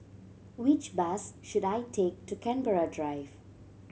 which bus should I take to Canberra Drive